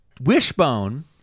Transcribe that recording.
Wishbone